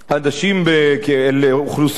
על אוכלוסיות גדולות במדינת ישראל,